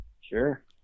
Sure